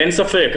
אין ספק.